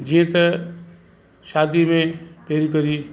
जीअं त शादी में पहिरीं पहिरीं